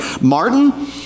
Martin